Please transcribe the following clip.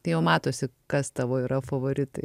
tai jau matosi kas tavo yra favoritai